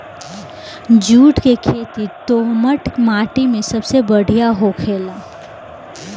जुट के खेती दोहमट माटी मे सबसे बढ़िया होखेला